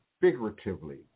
figuratively